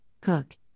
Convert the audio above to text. cook